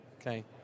okay